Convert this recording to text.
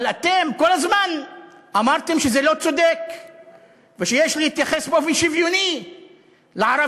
אבל אתם כל הזמן אמרתם שזה לא צודק ושיש להתייחס באופן שוויוני לערבים,